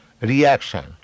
reaction